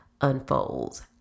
unfolds